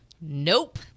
Nope